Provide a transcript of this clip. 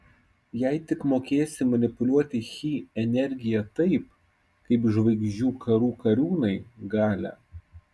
jei tik mokėsi manipuliuoti chi energija taip kaip žvaigždžių karų kariūnai galia